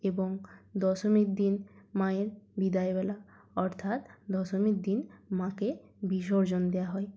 এবং দশমীর দিন মায়ের বিদায়বেলা অর্থাৎ দশমীর দিন মাকে বিসর্জন দেওয়া হয়